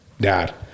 Dad